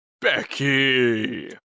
Becky